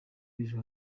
b’ejo